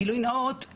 גילוי נאות,